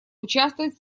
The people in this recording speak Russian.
участвовать